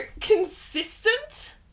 consistent